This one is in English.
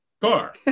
car